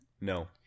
No